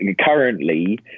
currently